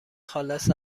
خالص